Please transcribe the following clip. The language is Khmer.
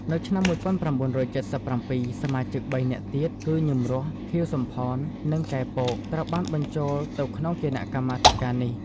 នៅឆ្នាំ១៩៧៧ សមាជិកបីនាក់ទៀតគឺ ញឹម រស់ ខៀវ សំផន និង កែ ពក ត្រូវបានបញ្ចូលទៅក្នុងគណៈកម្មាធិការនេះ ។